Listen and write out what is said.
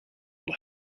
will